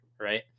right